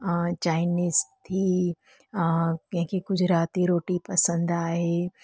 Chinese थी कंहिं खे कुझु राति जी रोटी पसंदि आहे